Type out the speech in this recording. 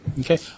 Okay